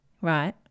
Right